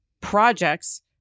projects